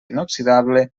inoxidable